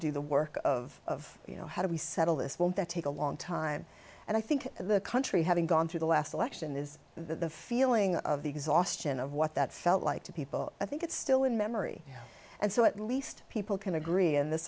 do the work of you know how do we settle this won't that take a long time and i think the country having gone through the last election is the feeling of the exhaustion of what that felt like to people i think it's still in memory and so at least people can agree in this